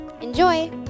Enjoy